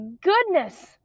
goodness